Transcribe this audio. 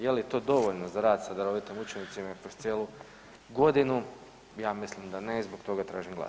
Je li to dovoljno za rad sa darovitim učenicima kroz cijelu godinu, ja mislim da ne i zbog toga tražim glasanje.